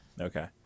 Okay